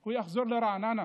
הוא יחזור לרעננה.